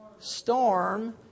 storm